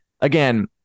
Again